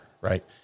right